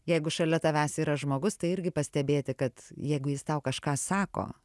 jeigu šalia tavęs yra žmogus tai irgi pastebėti kad jeigu jis tau kažką sako